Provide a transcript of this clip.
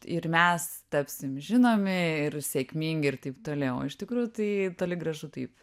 ir mes tapsim žinomi ir sėkmingi ir taip toliau o iš tikrųjų tai toli gražu taip